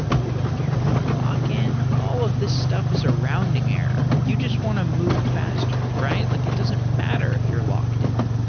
you don't care about lock-in. all of these stuff is a rounding error. you just want to move faster, right? like it doesn't matter if you're locked-in.